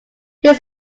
this